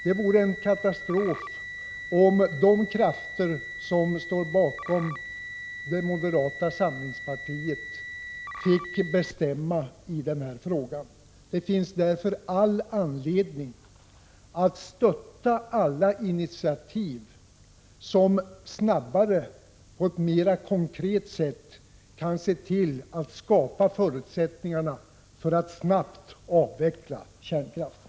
Det vore en katastrof, om de krafter som står bakom moderata samlingspartiet fick bestämma i den här frågan. Det finns därför all anledning att stötta alla initiativ att snabbare och på ett mera konkret sätt se till att skapa förutsättningarna för att avveckla kärnkraften.